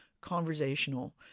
conversational